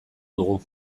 dugu